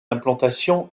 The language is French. implantation